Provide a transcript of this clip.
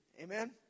Amen